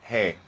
Hey